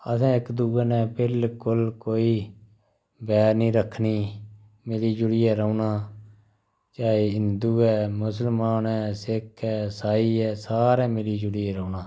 असें इक दुऐ कन्नै बिल्कुल कोई बैर निं रक्खनी मिली जुली ऐ रौह्ना क्या ओह् हिंदू ऐ मुस्लमान ऐ सिक्ख ऐ इसाई ऐ सारे मिली जुली गै रौह्ना